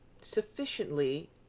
sufficiently